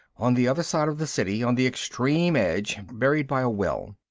on the other side of the city, on the extreme edge. buried by a well.